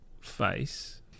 face